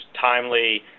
timely